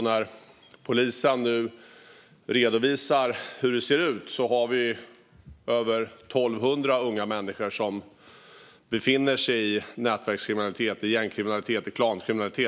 Enligt polisens redovisning har vi över 1 200 unga människor som befinner sig i nätverkskriminalitet, gängkriminalitet och klankriminalitet.